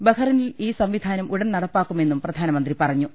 ബഹറിനിൽ ഈ സംവിധാനം ഉടൻ നടപ്പാക്കുമെന്നും പ്രധാനമന്ത്രി പറഞ്ഞു